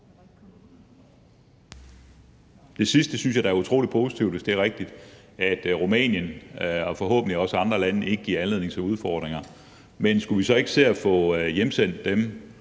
Det sidste synes jeg da er utrolig positivt, hvis det er rigtigt, at Rumænien og forhåbentlig også andre lande ikke giver anledning til udfordringer. Men skulle vi så ikke se at få dem, som